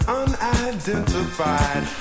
unidentified